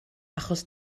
achos